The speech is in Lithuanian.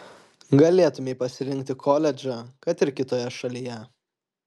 galėtumei pasirinkti koledžą kad ir kitoje šalyje